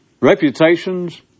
reputations